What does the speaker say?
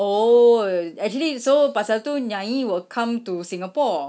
oh actually so pasal tu nyai will come to singapore